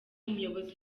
umuyobozi